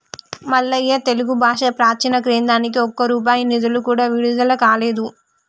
మల్లయ్య తెలుగు భాష ప్రాచీన కేంద్రానికి ఒక్క రూపాయి నిధులు కూడా విడుదల కాలేదు